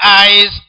eyes